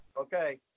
Okay